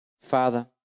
Father